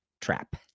Trap